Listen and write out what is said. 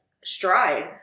Stride